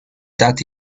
that